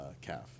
calf